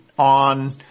On